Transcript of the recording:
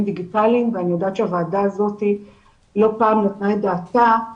דיגיטליים ואני יודעת שהוועדה הזאת לא פעם נתנה את דעתה על